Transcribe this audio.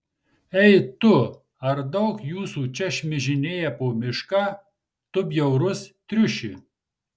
ei tu ar daug jūsų čia šmižinėja po mišką tu bjaurus triuši